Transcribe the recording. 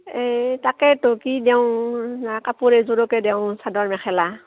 এই তাকেতো কি দেওঁ কাপোৰ এযোৰকে দেওঁ চাদৰ মেখেলা